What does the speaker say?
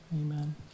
amen